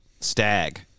stag